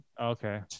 Okay